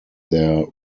there